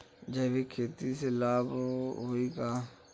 जैविक खेती से लाभ होई का?